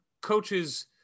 coaches